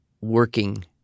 working